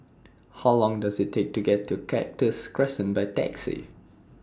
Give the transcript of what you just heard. How Long Does IT Take to get to Cactus Crescent By Taxi